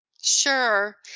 Sure